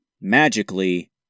magically